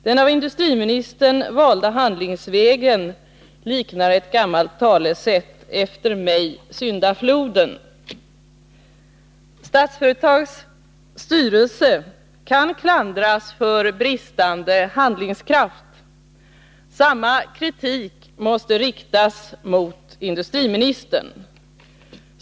Den av industriministern valda handlingsvägen påminner mig om ett gammalt talesätt: Efter mig syndafloden. Statsföretags styrelse kan klandras för bristande handlingskraft. Samma kritik måste riktas mot industriministern.